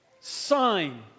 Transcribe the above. sign